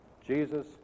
Jesus